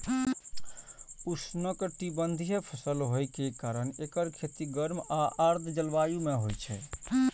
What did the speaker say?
उष्णकटिबंधीय फसल होइ के कारण एकर खेती गर्म आ आर्द्र जलवायु मे होइ छै